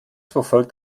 verfolgt